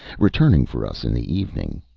returning for us in the evening.